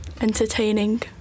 entertaining